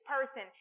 person